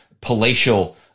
palatial